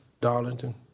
Darlington